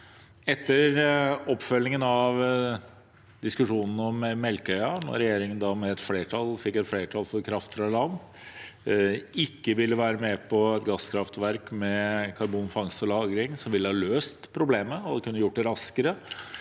Etter oppfølgingen av diskusjonen om Melkøya – da regjeringen fikk flertall for kraft fra land og ikke ville være med på gasskraftverk med karbonfangst og -lagring, som ville løst problemet og kunne gjort det raskere